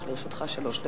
לרשותך שלוש דקות.